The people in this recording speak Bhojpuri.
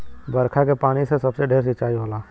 बरखा के पानी से सबसे ढेर सिंचाई होला